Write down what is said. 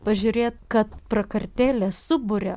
pažiūrėt kad prakartėlės suburia